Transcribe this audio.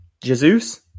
Jesus